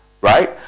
right